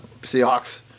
Seahawks